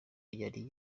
yari